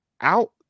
out